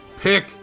pick